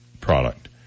product